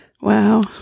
wow